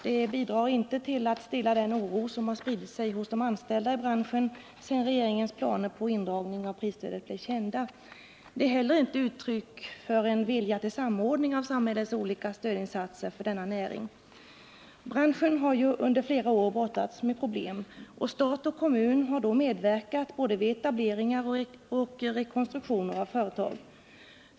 Det bidrar inte till att stilla den oro som spritt sig hos de anställda i branschen sedan regeringens planer på indragning av prisstödet blev kända. Det är inte heller ett uttryck för en vilja till samordning av samhällets olika stödinsatser för denna näring. Branschen har under flera år brottats med problem. Stat och kommun har då medverkat både vid etableringar och rekonstruktioner av företag.